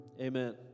amen